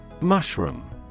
Mushroom